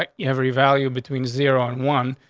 like every value between zero and one.